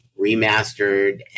remastered